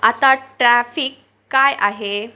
आता ट्रॅफिक काय आहे